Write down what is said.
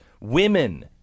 women